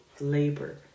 labor